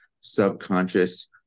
subconscious